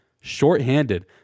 shorthanded